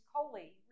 Coley